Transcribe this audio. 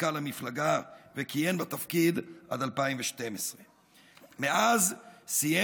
למזכ"ל המפלגה וכיהן בתפקיד עד 2012. מאז סיים